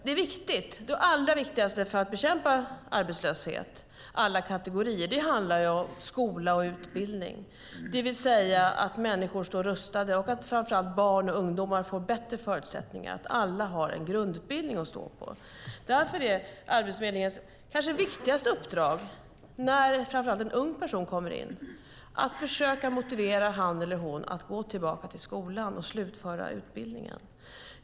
Det allra viktigaste för att bekämpa arbetslöshet alla kategorier är skola och utbildning, det vill säga att människor står väl rustade och att framför allt barn och unga får bättre förutsättningar, att alla har en grundutbildning att stå på. Därför är Arbetsförmedlingens kanske viktigaste uppdrag, framför allt när en ung person kommer in, att försöka motivera att gå tillbaka till skolan och slutföra utbildningen.